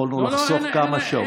יכולנו לחסוך כמה שעות.